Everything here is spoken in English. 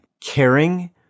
Caring